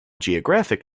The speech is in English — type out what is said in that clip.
geographic